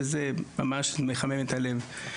וזה ממש מחמם את הלב.